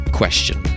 question